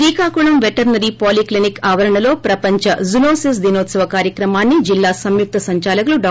Srikakulam veterinary poly clinic ఆవరణలో ప్రపంచ zoonosis దినోత్సవ కార్యక్రమాన్ని జిల్లా సంయుక్త సంచాలకులు డా